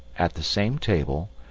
at the same table,